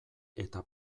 eta